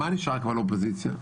מה נשאר כבר לאופוזיציה?